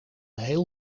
heel